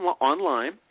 online